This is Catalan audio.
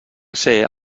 ser